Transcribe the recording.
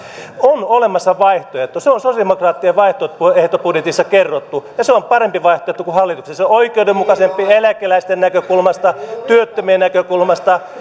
on olemassa vaihtoehto se on sosialidemokraattien vaihtoehtobudjetissa kerrottu se on parempi vaihtoehto kuin hallituksen se on oikeudenmukaisempi eläkeläisten näkökulmasta työttömien näkökulmasta